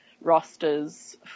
rosters